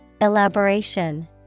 Elaboration